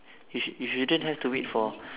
you shou~ you shouldn't have to wait for